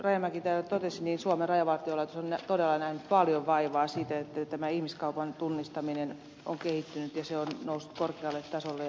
rajamäki täällä totesi suomen rajavartiolaitos on todella nähnyt paljon vaivaa että tämä ihmiskaupan tunnistaminen on kehittynyt ja se on noussut korkealle tasolle